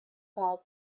calls